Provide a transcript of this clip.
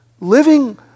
living